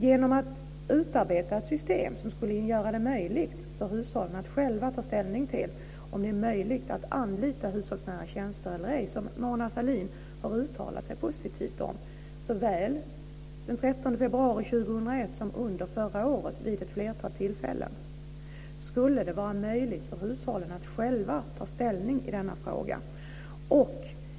Genom att utarbeta det system som Mona Sahlin har uttalat sig positivt om såväl den 13 februari 2001 som vid ett flertal tillfällen under förra året skulle det vara möjligt för hushållen att själva ta ställning i denna fråga.